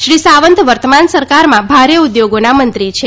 શ્રી સાંવત વર્તમાન સરકારમાં ભારે ઉદ્યોગોના મંત્રી છે